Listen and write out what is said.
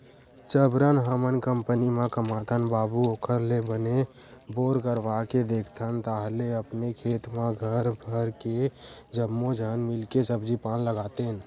जबरन हमन कंपनी म कमाथन बाबू ओखर ले बने बोर करवाके देखथन ताहले अपने खेत म घर भर के जम्मो झन मिलके सब्जी पान लगातेन